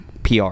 PR